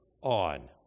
on